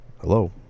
Hello